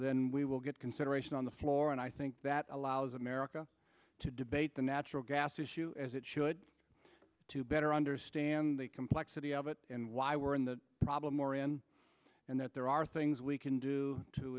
then we will get consideration on the floor and i think that allows america to debate the natural gas issue as it should to better understand the complexity of it and why we're in the problem more in and that there are things we can do to